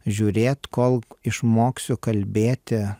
žiūrėt kol išmoksiu kalbėti